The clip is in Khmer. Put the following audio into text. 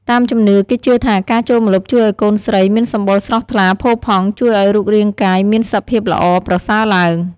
តាមជំនឿ គេជឿថាការចូលម្លប់ជួយឱ្យកូនស្រីមានសម្បុរស្រស់ថ្លា ផូរផង់ ជួយឱ្យរូបរាងកាយមានសភាពល្អប្រសើរឡើង។